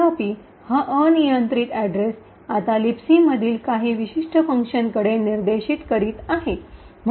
तथापि हा अनियंत्रित अड्रेस आता लिबसी मधील काही विशिष्ट फंक्शनकडे निर्देशित करीत आहे